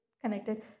connected